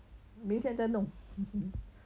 明天再弄